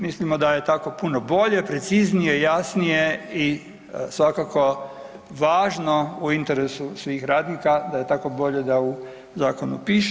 Mislimo da je tako puno bolje, preciznije, jasnije i svakako važno u interesu svih radnika da je tako bolje da u zakonu piše.